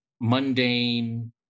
mundane